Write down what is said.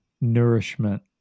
nourishment